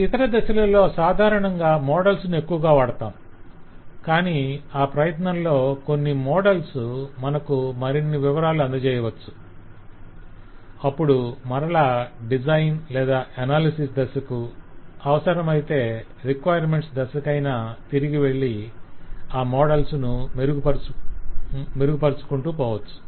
ఈ ఇతర దశలలో సాధారణంగా మోడల్స్ ను ఎక్కువగా వాడతాం కానీ ఆ ప్రయత్నంలో కొన్ని మోడల్స్ మనకు మరిన్ని వివరాలు అందజేయవచ్చు అప్పుడు మరల డిజైన్ లేదా అనాలిసిస్ దశకు అవసరమైతే రిక్వైర్మెంట్స్ దశకైనా తిరిగి వెళ్ళి ఆ మోడల్స్ ను మెరుగుపరచుకొంటూపోవచ్చు